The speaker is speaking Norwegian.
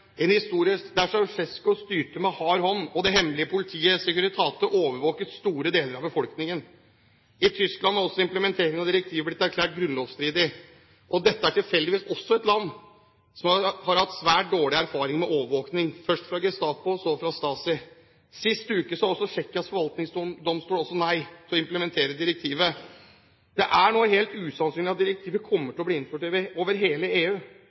en historie der Ceausescu styrte med hard hånd og det hemmelige politiet Securitate overvåket store deler av befolkningen. I Tyskland har også implementeringen av direktivet blitt erklært grunnlovsstridig. Dette er tilfeldigvis også et land som har hatt svært dårlig erfaring med overvåkning, først fra Gestapo og så fra Stasi. Sist uke sa også Tsjekkias forvaltningsdomstol nei til å implementere direktivet. Det er nå helt usannsynlig at direktivet kommer til å bli innført over hele EU.